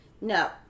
No